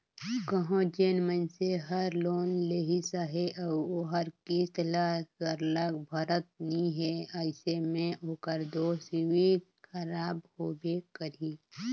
कहों जेन मइनसे हर लोन लेहिस अहे अउ ओहर किस्त ल सरलग भरत नी हे अइसे में ओकर दो सिविल खराब होबे करही